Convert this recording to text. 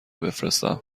بفرستم